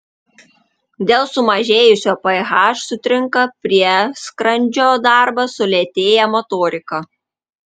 dėl sumažėjusio ph sutrinka prieskrandžio darbas sulėtėja motorika